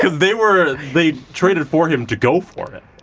they were, they traded for him to go for it.